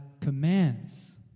commands